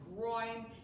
groin